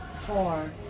four